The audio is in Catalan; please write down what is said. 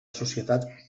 societat